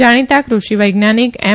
જાણીતા કૃષિ વૈજ્ઞાનિક એમ